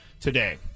today